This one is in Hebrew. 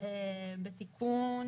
בתיקון